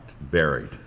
buried